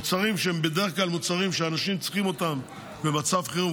מוצרים שהם בדרך כלל כאלה שאנשים צריכים אותם במצב חירום,